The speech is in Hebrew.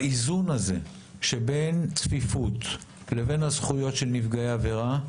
באיזון הזה שבין צפיפות לבין הזכויות של נפגעי עבירה,